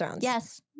Yes